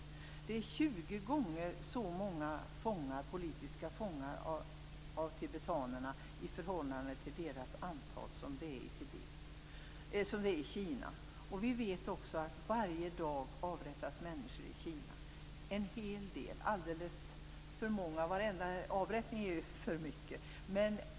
Det är 20 gånger så många politiska fångar av tibetanskt ursprung i förhållande till deras antal som det är i Kina. Vi vet också att varje dag avrättas människor i Kina. En stor andel är tibetaner, alldeles för många - varje avrättning är ju en för mycket.